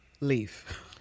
Leave